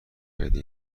کردی